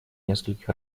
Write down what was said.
нескольких